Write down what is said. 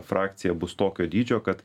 frakcija bus tokio dydžio kad